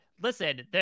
listen